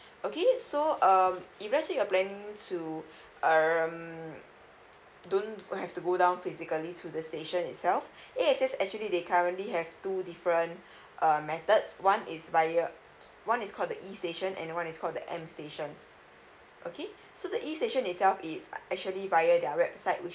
okay so um if let's say you're planning to um don't you have to go down physically to the station itself A S X actually they currently have two different uh methods one is via one is called the e station another one called the m station okay so the e station itself is actually via their website which is